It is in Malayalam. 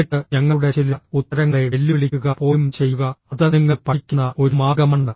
എന്നിട്ട് ഞങ്ങളുടെ ചില ഉത്തരങ്ങളെ വെല്ലുവിളിക്കുക പോലും ചെയ്യുക അത് നിങ്ങൾ പഠിക്കുന്ന ഒരു മാർഗമാണ്